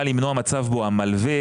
באה למנוע מצב בו המלווה,